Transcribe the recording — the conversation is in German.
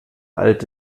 alte